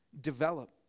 develop